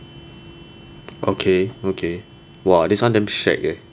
okay okay !wah! this one damn shag eh